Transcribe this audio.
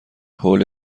حوله